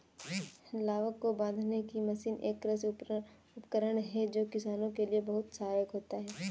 लावक को बांधने की मशीन एक कृषि उपकरण है जो किसानों के लिए बहुत सहायक होता है